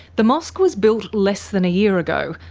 the mosque was built less than a year ago,